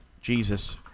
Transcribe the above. Jesus